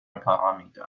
parameter